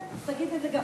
כבר תיקנו.